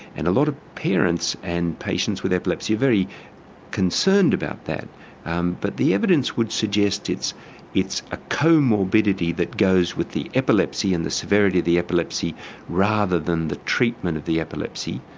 and a lot of parents and patients with epilepsy are very concerned about that um but the evidence would suggest it's it's a comorbidity that goes with the epilepsy and the severity of the epilepsy rather than the treatment of the epilepsy.